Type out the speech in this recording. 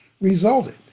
resulted